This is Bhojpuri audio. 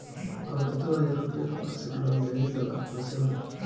हमरा दो हज़ार रुपया के मासिक लोन लेवे के बा कइसे होई?